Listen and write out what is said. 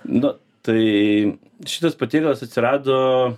nu tai šitas patiekalas atsirado